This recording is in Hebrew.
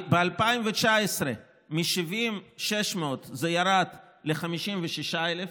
ב-2019, מ-70,600 זה ירד ל-56,000,